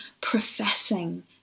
professing